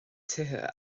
tithe